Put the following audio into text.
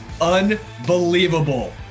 unbelievable